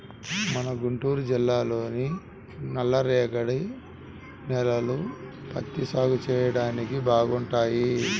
మన గుంటూరు జిల్లాలోని నల్లరేగడి నేలలు పత్తి సాగు చెయ్యడానికి బాగుంటాయి